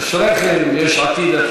אשריכם, יש עתיד.